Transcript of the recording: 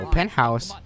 Penthouse